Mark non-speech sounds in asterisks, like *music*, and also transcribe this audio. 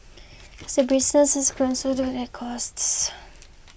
*noise* say businesses grown so too their costs